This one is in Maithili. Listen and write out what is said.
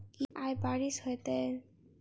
की आय बारिश हेतै?